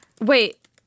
Wait